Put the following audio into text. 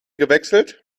gewechselt